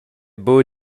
buca